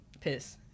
piss